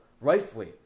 rightfully